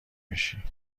بشی